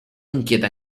inquieta